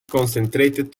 concentrated